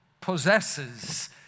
possesses